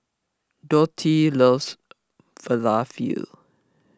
Dottie loves Falafel